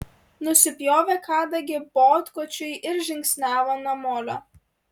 nusipjovė kadagį botkočiui ir žingsniavo namolio